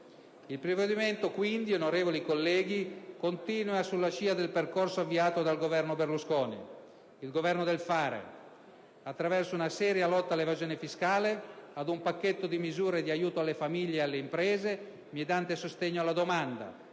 Il provvedimento quindi, onorevoli colleghi, continua sulla scia del percorso avviato dal Governo Berlusconi, il Governo del fare, attraverso una seria lotta all'evasione fiscale, con un pacchetto di misure di aiuto alle famiglie ed alle imprese, mediante il sostegno alla domanda,